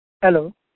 Hello